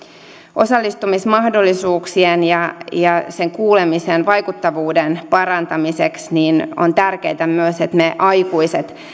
osallistumismahdollisuuksien ja ja sen kuulemisen vaikuttavuuden parantamiseksi on tärkeätä myös se että me aikuiset